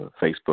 Facebook